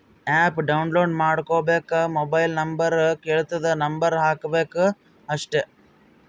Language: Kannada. ಆ್ಯಪ್ ಡೌನ್ಲೋಡ್ ಮಾಡ್ಕೋಬೇಕ್ ಮೊಬೈಲ್ ನಂಬರ್ ಕೆಳ್ತುದ್ ನಂಬರ್ ಹಾಕಬೇಕ ಅಷ್ಟೇ